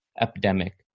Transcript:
epidemic